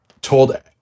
told